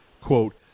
quote